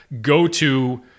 go-to